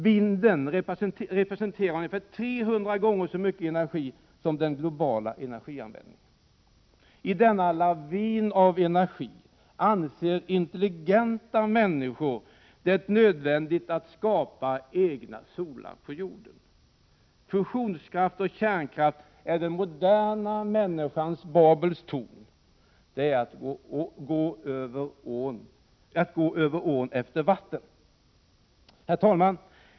Vinden representerar ungefär 300 gånger så mycket energi som den globala energianvändningen. I denna lavin av energi anser intelligenta människor det vara nödvändigt att skapa egna solar på jorden. Fusionskraft och kärnkraft är den moderna människans Babels torn. Detta är att gå över ån efter vatten. Herr talman!